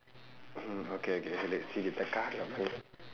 mm okay okay சரி இத காதுல்ல வை:sari itha kaathulla vai